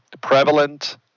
prevalent